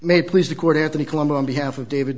may please the court anthony colombo on behalf of david